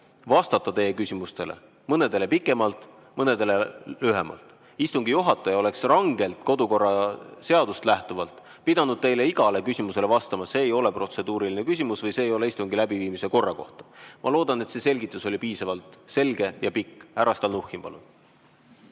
vastata teie küsimustele, mõnele pikemalt, mõnele lühemalt. Istungi juhataja oleks rangelt kodukorraseadusest lähtuvalt pidanud igale teie küsimusele vastama, et see ei ole protseduuriline küsimus või see ei ole istungi läbiviimise korra kohta. Ma loodan, et see selgitus oli piisavalt selge ja pikk. Härra Stalnuhhin, palun!